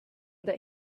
that